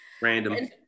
random